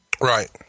right